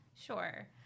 Sure